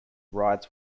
riots